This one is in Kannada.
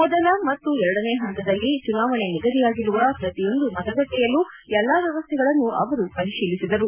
ಮೊದಲ ಮತ್ತು ಎರಡನೇ ಹಂತದಲ್ಲಿ ಚುನಾವಣೆ ನಿಗದಿಯಾಗಿರುವ ಪ್ರತಿಯೊಂದು ಮತಗಟ್ಟೆಯಲ್ಲೂ ಎಲ್ಲಾ ವ್ಯವಸ್ಥೆಗಳನ್ನು ಅವರು ಪರಿಶೀಲಿಸಿದರು